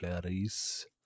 Clarice